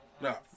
no